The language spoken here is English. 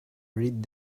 read